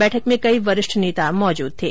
बैठक में कई वरिष्ठ नेता भी मौजूद थे